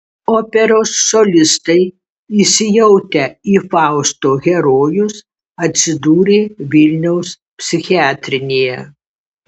operos solistai įsijautę į fausto herojus atsidūrė vilniaus psichiatrinėje